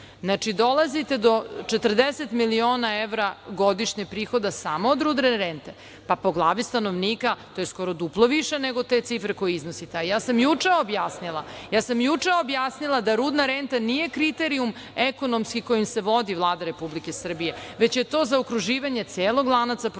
znači dolazite do 40 miliona evra godišnje prihoda samo od rudne rente, pa po glavi stanovnika to je skoro duplo više nego te cifre koje iznosite. Ja sam juče objasnila da rudna renta nije kriterijum ekonomski kojim se vodi Vlada Republike Srbije, već je to zaokruživanje celog lanca proizvodnje,